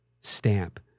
stamp